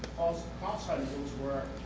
of ah sort of the things we're